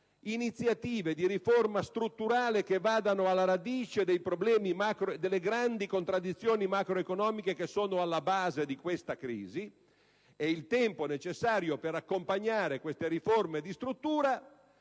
iniziative di riforma strutturale che vadano alla radice dei problemi delle grandi contraddizioni macroeconomiche alla base di questa crisi e il tempo necessario per accompagnare queste riforme di struttura